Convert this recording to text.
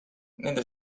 nende